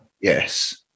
Yes